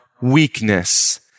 weakness